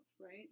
right